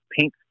pink